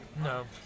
No